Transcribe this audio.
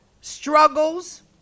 struggles